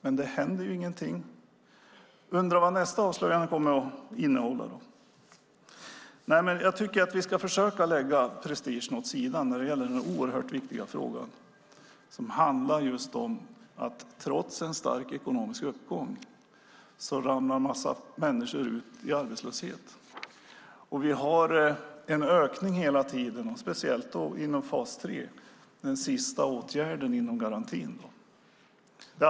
Men det händer ju ingenting. Jag undrar vad nästa avslöjande kommer att innehålla. Jag tycker att vi ska försöka lägga prestigen åt sidan när det gäller den här oerhört viktiga frågan, som handlar just om att en massa människor ramlar ut i arbetslöshet trots en stark ekonomisk uppgång. Vi har en ökning hela tiden, speciellt inom fas 3, den sista åtgärden inom garantin.